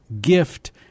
gift